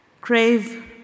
crave